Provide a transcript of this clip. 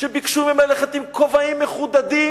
שביקשו מהם ללכת עם כובעים מחודדים?